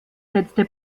setzte